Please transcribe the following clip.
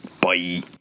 Bye